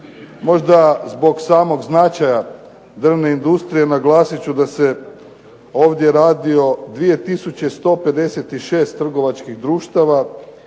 Možda zbog samog značaja drvne industrije naglasit ću da se ovdje radi o 2 tisuće 156 trgovačkih društava